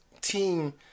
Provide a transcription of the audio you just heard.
team –